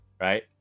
Right